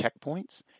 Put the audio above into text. checkpoints